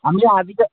আপুনি আজি